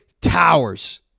Towers